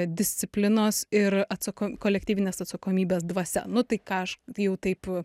disciplinos ir atsako kolektyvinės atsakomybės dvasia nu tai ką aš jau taip